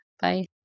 Bye